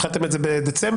התחלתם את זה בדצמבר?